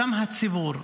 גם הציבור,